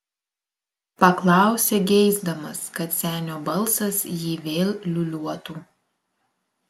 paklausė geisdamas kad senio balsas jį vėl liūliuotų